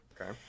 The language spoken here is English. Okay